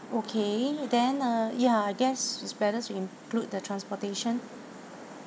okay then uh ya I guess is better to include the transportation